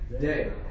day